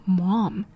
mom